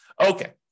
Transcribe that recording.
Okay